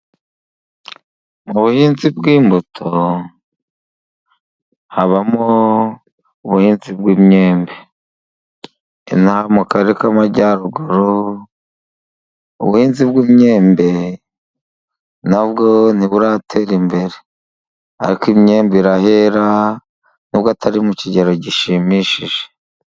Mu buhinzi bw'imbuto habamo ubuhinzi bw'imyembe. Inaha mu karere k'Amajyaruguru ubuhinzi bw'imyembe nabwo ntiburatera imbere, ariko imyembe irahera nubwo atari mu kigero gishimishije.